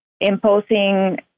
imposing